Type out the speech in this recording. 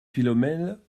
philomèle